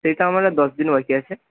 এটা আমার আর দশ দিন বাকি আছে